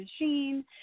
machine